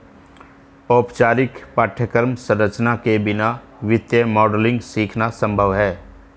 औपचारिक पाठ्यक्रम संरचना के बिना वित्तीय मॉडलिंग सीखना संभव हैं